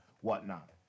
whatnot